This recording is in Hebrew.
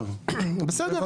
בסדר,